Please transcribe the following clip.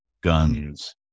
guns